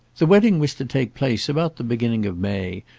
the wedding was to take place about the beginning of may,